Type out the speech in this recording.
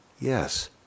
Yes